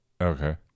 Okay